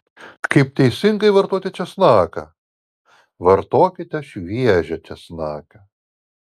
kaip teisingai vartoti česnaką vartokite šviežią česnaką